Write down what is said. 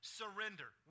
surrender